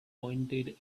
pointed